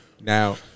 Now